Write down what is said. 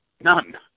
None